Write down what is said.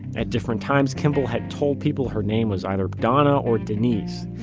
at different times, kimball had told people her name was either donna or denise.